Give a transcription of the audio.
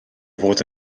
fod